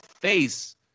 face